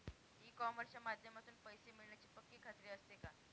E कॉमर्सच्या माध्यमातून पैसे मिळण्याची पक्की खात्री असते का?